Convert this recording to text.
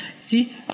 see